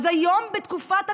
אז היום, בתקופת הקורונה,